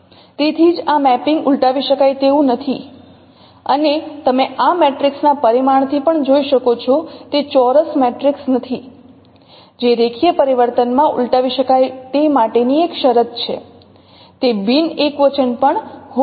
તેથી જ આ મેપિંગ ઉલટાવી શકાય તેવું નથી અને તમે આ મેટ્રિક્સ ના પરિમાણથી પણ જોઈ શકો છો તે ચોરસ મેટ્રિક્સ નથી જે રેખીય પરિવર્તન મા ઉલટાવી શકાય તે માટેની એક શરત છે તે બિન એકવચન પણ હોવું જોઈએ